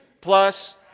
plus